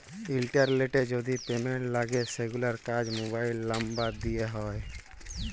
ইলটারলেটে যদি পেমেল্ট লাগে সেগুলার কাজ মোবাইল লামবার দ্যিয়ে হয়